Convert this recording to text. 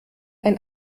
ein